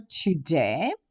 today